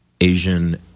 Asian